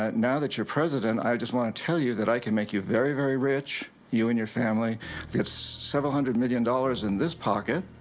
now that you're president, i just want to tell you that i can make you very very rich you and your family it's several hundred million dollars in this pocket,